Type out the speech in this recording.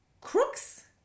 crooks